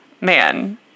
Man